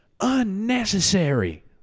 unnecessary